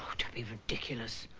don't be ridiculous.